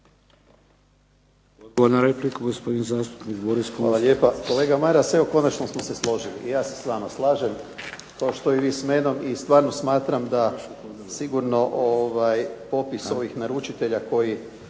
Boris (HDZ)** Kolega Maras, evo konačno smo se složili. I ja se s vama slažem, kao što i vi sa mnom i stvarno smatram da sigurno popis ovih naručitelja koji